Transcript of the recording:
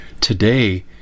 Today